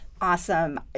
Awesome